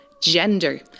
gender